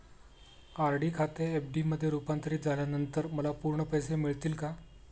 RD खाते FD मध्ये रुपांतरित झाल्यानंतर मला पूर्ण पैसे मिळतील का?